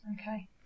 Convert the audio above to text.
Okay